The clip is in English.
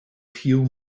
few